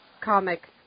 comic